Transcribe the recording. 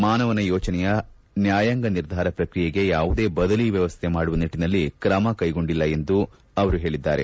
ಮಾನವನ ಯೋಚನೆಯ ನ್ನಾಯಾಂಗ ನಿರ್ಧಾರ ಪ್ರಕ್ರಿಯೆಗೆ ಯಾವುದೇ ಬದಲಿ ವ್ಯವಸ್ಥೆ ಮಾಡುವ ನಿಟ್ಲನಲ್ಲಿ ಕ್ರಮಕ್ಟೆಗೊಂಡಿಲ್ಲ ಎಂದು ಅವರು ಹೇಳಿದ್ದಾರೆ